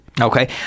Okay